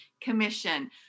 commission